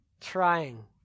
trying